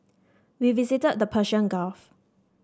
we visited the Persian Gulf